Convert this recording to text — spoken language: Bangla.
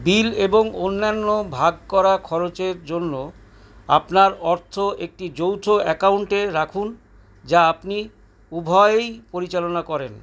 বিল এবং অন্যান্য ভাগ করা খরচের জন্য আপনার অর্থ একটি যৌথ অ্যাকাউন্টে রাখুন যা আপনি উভয়েই পরিচালনা করেন